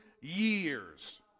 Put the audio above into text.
years